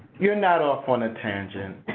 you're not off on a tangent.